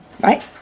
Right